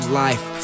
life